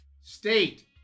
State